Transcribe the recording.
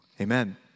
Amen